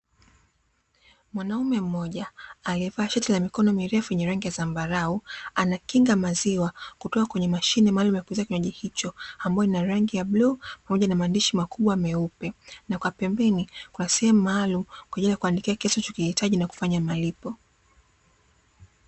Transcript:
Mwanaume mmoja aliyevaa shati la mikono mirefu lenye rangi ya zambarau anakinga maziwa kutoka kwenye mashine maalumu ya kuuzia kinywaji hicho, ambayo ina rangi ya bluu pamoja na maandishi makubwa meupe na kwa pembeni kuna sehemu maalumu kwa ajili ya kuandikia kiasi unachokihitaji na kufanya malipo.